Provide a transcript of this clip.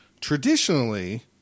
Traditionally